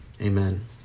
Amen